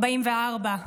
44,